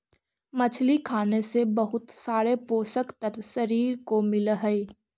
मछली खाने से बहुत सारे पोषक तत्व शरीर को मिलअ हई